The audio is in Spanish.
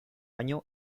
año